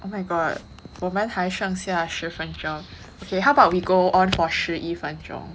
oh my god 我们还剩下十分钟 okay how about we go on for 十一分钟